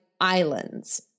islands